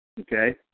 Okay